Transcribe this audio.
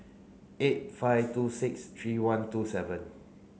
eight five two six three one two seven